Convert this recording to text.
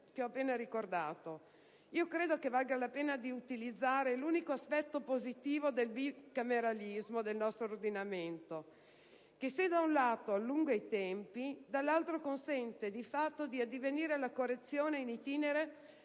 che ho appena ricordato. Credo valga la pena di utilizzare l'unico aspetto positivo del bicameralismo del nostro ordinamento, che, se da un lato allunga i tempi, dall'altro consente di addivenire alla correzione*in itinere*,